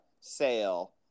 Sale